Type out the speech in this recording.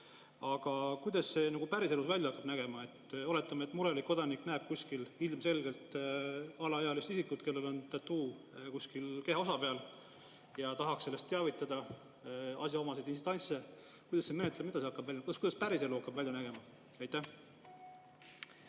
Aga kuidas see päriselus välja hakkab nägema? Oletame, et murelik kodanik näeb kuskil ilmselgelt alaealist isikut, kellel ontattoomõne kehaosa peal, ja tahaks sellest teavitada asjaomaseid instantse. Kuidas see menetlemine edasi hakkab [välja nägema]? Kuidas päriselu hakkab välja nägema? Aitäh!